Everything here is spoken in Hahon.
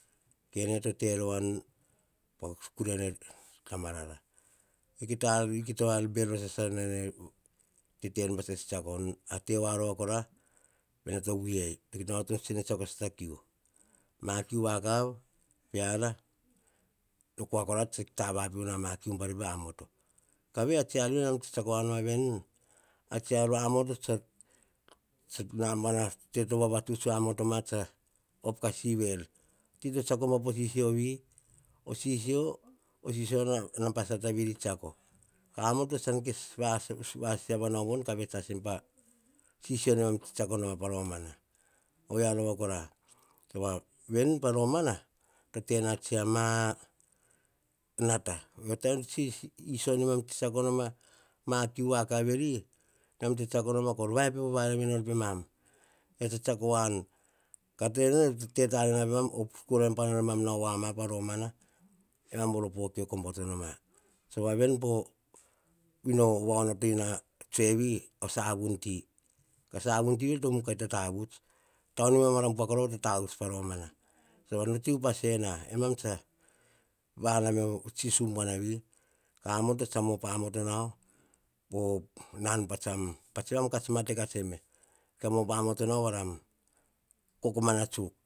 Kene to te rovanu, pa kure ne tama rara. Kita ta ar bero sasa nene tete nu pats tsetseako nu, a tevoa kora pene to vui ei. Kita onoto tsene tsiako sasa ta kiu. Ma kiu vakavi peara, o kora ta ta vapivu nor ama kiu buar veri amoto. Ka vei a tsi ar vi, nemam tsetseako voa noma veni, tsi ar amoto, tsa nabana, te to vavatuts amotoma, op ka sivi er, tive to tsiako ma po sisio vi, osisio naba sata veri tsiako. Amoto tsam kes vasiava nao voni ka vets asem pa sisio namam tsetseako noma po roma. Ovia rova kora. Sova veni pa romana, tena tsiama nata iso namam tsetseako noma, ma kiu vakav veri, nemam tsetsiako noma nor vavaepo vavia enor pemam. Keara tsa tsiako voani. Te tatena pemam, op tsuk korai nom pane mam nao voa ma pa romana, emam oro pe kioko bau to noma. Sova veni, po va onoto a tsoe vi, a savum ti, ka savun ti to kita tavuts, taunima na buak rova to tavuts. Te upas ena, emam tsa vanao em po sum buanavi. Ka amoto tsam op amoto nao, po nan tse mam mate ka tseme. Kam op amoto nao var kokomana tsuk.